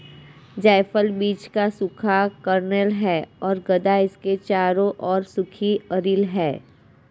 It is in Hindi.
जायफल बीज का सूखा कर्नेल है और गदा इसके चारों ओर सूखी अरिल है